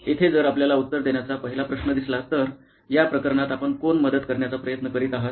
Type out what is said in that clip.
येथे जर आपल्याला उत्तर देण्याचा पहिला प्रश्न दिसला तर या प्रकरणात आपण कोण मदत करण्याचा प्रयत्न करीत आहात